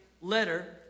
letter